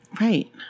Right